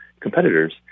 competitors